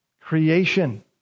creation